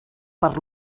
per